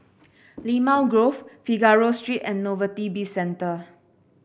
Limau Grove Figaro Street and Novelty Bizcentre